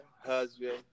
husband